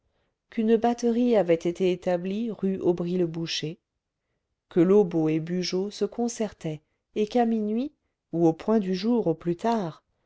qu'une batterie avait été établie rue aubry le boucher que lobau et bugeaud se concertaient et qu'à minuit ou au point du jour au plus tard